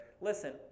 listen